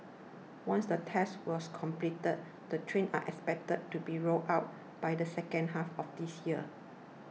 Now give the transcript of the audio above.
once the tests was completed the trains are expected to be rolled out by the second half of this year